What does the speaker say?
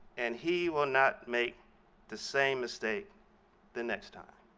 and he will not make the same mistake the next time.